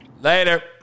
Later